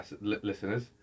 listeners